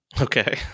Okay